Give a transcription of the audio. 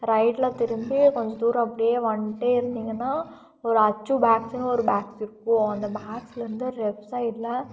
ரைட்டில் திரும்பி கொஞ்சம் தூரம் அப்படியே வந்துட்டே இருந்தீங்கன்னா ஒரு அச்சு பேக்ஸுனு ஒரு பேக்ஸ் இருக்கும் அந்த பேக்ஸ்லிருந்து லெஃப்ட் சைடில்